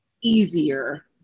easier